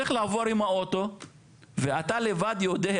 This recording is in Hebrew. צריך לעבור עם האוטו ואתה לבד יודע,